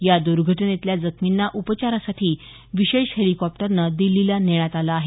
या दुर्घटनेतल्या जखमींना उपचारासाठी विशेष हेलिकॉप्टरनं दिल्लीला नेण्यात आलं आहे